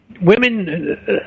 Women